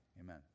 amen